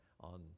on